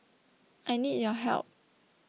I need your help